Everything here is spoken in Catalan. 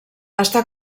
està